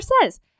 says